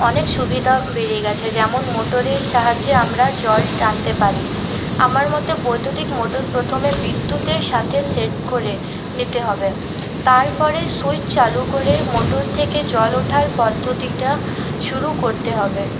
অনেক সুবিধা বেড়ে গেছে যেমন মোটরের সাহায্যে আমরা জল টানতে পারি আমার মতে বৈদ্যুতিক মোটর প্রথমে বিদ্যুতের সাথে সেট করে নিতে হবে তারপরে সুইচ চালু করে মোটর থেকে জল ওঠার পদ্ধতিটা শুরু করতে হবে